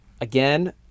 Again